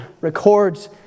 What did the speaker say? records